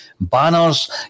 banners